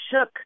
shook